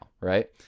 right